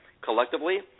collectively